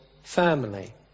family